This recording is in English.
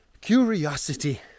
Curiosity